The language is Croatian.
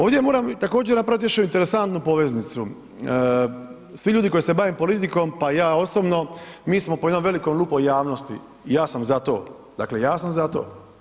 Ovdje moram također napraviti još interesantnu poveznicu, svi ljudi koji se bave politikom pa i ja osobno, mi smo pod jednom velikom lupom javnosti i ja sam za to, dakle ja sam za to.